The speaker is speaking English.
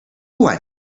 one